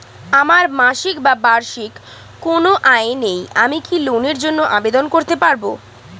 আমার মাসিক বা বার্ষিক কোন আয় নেই আমি কি লোনের জন্য আবেদন করতে পারব?